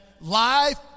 life